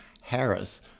Harris